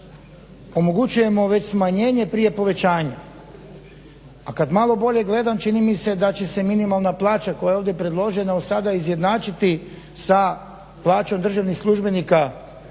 omogućujemo već smanjenje prije povećanja. A kad malo bolje gledam čini mi se da će se minimalna plaća koja je ovdje predložena od sada izjednačiti sa plaćom državnih službenika